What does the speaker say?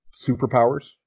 superpowers